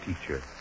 teacher